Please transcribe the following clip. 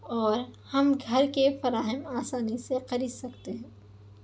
اور ہم گھر کے فراہم آسانی سے خرید سکتے ہیں